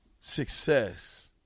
success